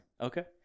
Okay